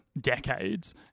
decades